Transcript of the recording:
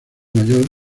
mayor